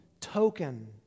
token